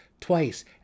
twice